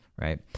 right